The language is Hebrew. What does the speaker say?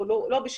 הוא לא בשביל